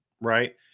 right